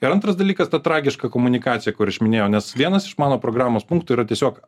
ir antras dalykas ta tragiška komunikacija kur aš minėjau nes vienas iš mano programos punktų yra tiesiog